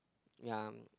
ya